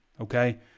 okay